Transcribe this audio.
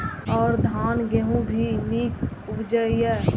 और धान गेहूँ भी निक उपजे ईय?